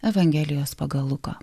evangelijos pagal luką